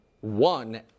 one